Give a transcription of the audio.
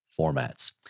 formats